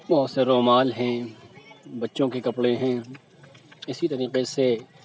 بہت سے رومال ہیں بچوں کے کپڑے ہیں اسی طریقے سے